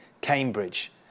Cambridge